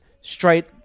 straight